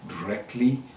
directly